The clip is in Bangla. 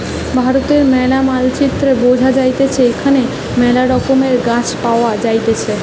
ভারতের ম্যালা মানচিত্রে বুঝা যাইতেছে এখানে মেলা রকমের গাছ পাওয়া যাইতেছে